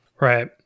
Right